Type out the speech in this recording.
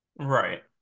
Right